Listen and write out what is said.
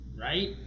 Right